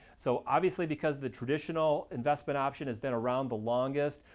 so, obviously, because the traditional investment option has been around the longest,